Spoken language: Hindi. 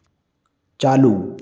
चालू